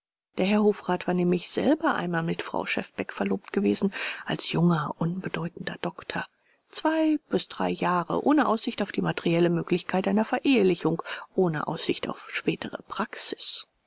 der herr hofrat war nämlich selber einmal mit frau schefbeck verlobt gewesen als junger unbedeutender doktor zwei bis drei jahre ohne aussicht auf die materielle möglichkeit einer verehelichung ohne aussicht auf spätere praxis